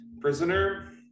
prisoner